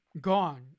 gone